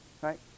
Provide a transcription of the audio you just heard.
right